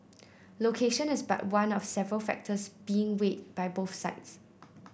location is but one of several factors being weighed by both sides